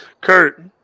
Kurt